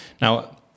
Now